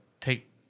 take